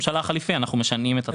הממשלה החליפי אנחנו משנים את התקנים.